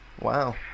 Wow